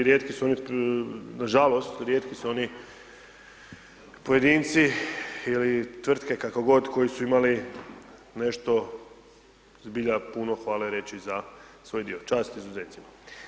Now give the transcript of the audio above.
I rijetki su oni, nažalost rijetki su oni pojedinci ili tvrtke kako god koji su imali nešto zbilja puno hvale reći za svoj dio, čast izuzecima.